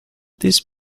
this